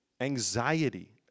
anxiety